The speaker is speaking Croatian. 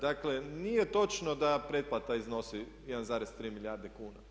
Dakle, nije točno da pretplata iznosi 1,3 milijarde kuna.